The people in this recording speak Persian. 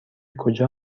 کجا